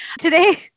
Today